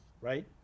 right